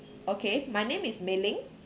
okay my name is Mei Ling